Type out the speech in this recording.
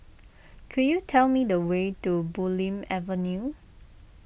could you tell me the way to Bulim Avenue